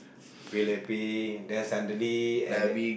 feel happy then suddenly at the